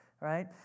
right